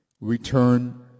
return